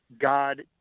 God